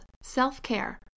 self-care